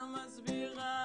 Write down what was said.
תודה רבה.